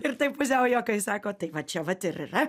ir taip pusiau juokais sako tai va čia vat ir yra